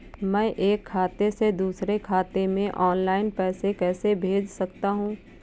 मैं एक खाते से दूसरे खाते में ऑनलाइन पैसे कैसे भेज सकता हूँ?